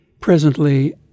presently